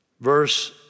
Verse